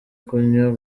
kunywa